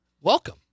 Welcome